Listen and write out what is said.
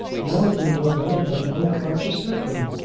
now you're no better than an unconscious echo.